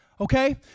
Okay